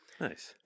Nice